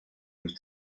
los